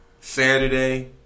Saturday